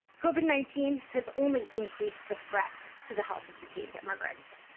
covid nineteen has only increased the threat to the health of detained immigrants.